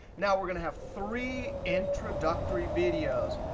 now, we're going to have three introductory videos.